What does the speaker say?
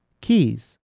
keys